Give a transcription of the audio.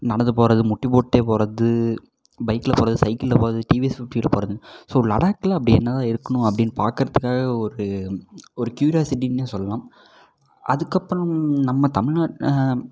நடந்து போகிறது முட்டிபோட்டுகிட்டே போகிறது பைக்கில் போகிறது சைக்கிளில் போகிறது டிவிஎஸ் ஃபிஃப்டியில் போகிறது ஸோ லடாக்கில் அப்படி என்னதான் இருக்குனு அப்டின்னு பாக்கிறதுக்காகவே ஒரு ஒரு க்யூராசிட்டினே சொல்லலாம் அதுக்கப்புறம் நம்ம தமிழ்நாட்டு